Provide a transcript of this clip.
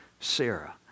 Sarah